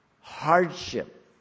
hardship